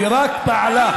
ופעלה רק,